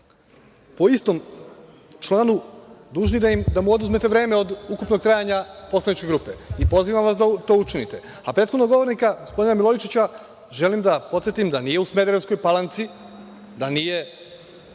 po istom članu dužni da mu oduzmete vreme od ukupnog trajanja poslaničke grupe i pozivam vas da to učinite. Prethodnog govornika, gospodina Milojičića želim da podsetim da nije u Smederevskoj Palanci, da nije